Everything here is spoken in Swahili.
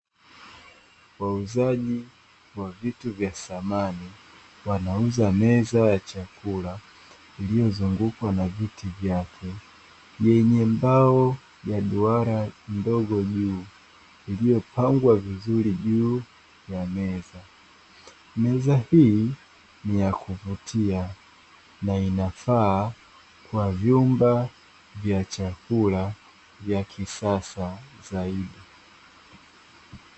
Wauzaji wa vitu vya samani, wanauza meza ya chakula iliyozungukwa na viti vyake, yenye mbao ya duara ndogo juu iliyopangwa vizuri juu ya meza. Meza hii ni ya kuvutia na inafaa kwa vyumba vya chakula vya kisasa zaidi.